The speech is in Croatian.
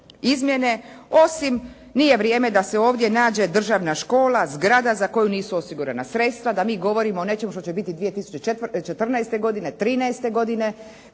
izmjene, osim nije vrijeme da se ovdje nađe državna škola, zgrada za koju nisu osigurana sredstva, da mi govorimo o nečemu što će biti 2014. godine, 13 godine.